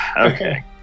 Okay